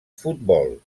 futbol